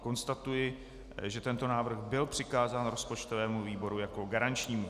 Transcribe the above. Konstatuji, že tento návrh byl přikázán rozpočtovému výboru jako garančnímu.